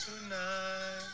tonight